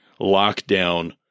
lockdown